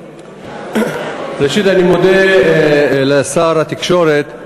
ראשית אני מודה לשר התקשורת.